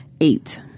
eight